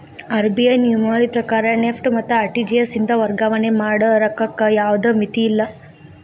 RBI ನಿಯಮಾವಳಿ ಪ್ರಕಾರ NEFT ಮತ್ತ ಆರ್.ಟಿ.ಜಿ.ಎಸ್ ಇಂದ ವರ್ಗಾವಣೆ ಮಾಡ ರೊಕ್ಕಕ್ಕ ಯಾವ್ದ್ ಮಿತಿಯಿಲ್ಲ